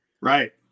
Right